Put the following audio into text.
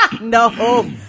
No